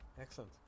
excellent